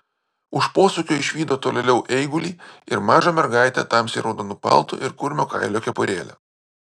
už posūkio išvydo tolėliau eigulį ir mažą mergaitę tamsiai raudonu paltu ir kurmio kailio kepurėle